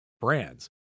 brands